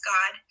God